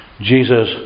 Jesus